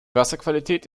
wasserqualität